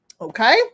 Okay